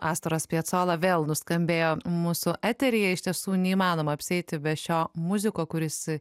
astoras piecola vėl nuskambėjo mūsų eteryje iš tiesų neįmanoma apsieiti be šio muziko kuris